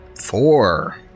Four